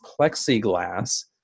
plexiglass